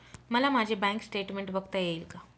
मला माझे bank statement बघता येईल का?